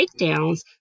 takedowns